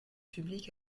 public